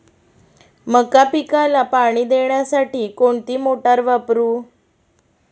मका पिकाला पाणी देण्यासाठी कोणती मोटार वापरू?